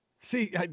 See